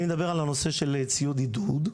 אני מדבר על הנושא של ציוד עידוד,